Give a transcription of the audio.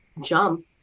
jump